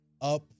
up